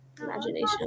imagination